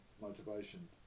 motivation